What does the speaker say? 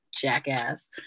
Jackass